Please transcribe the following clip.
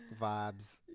vibes